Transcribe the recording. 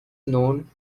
known